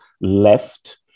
left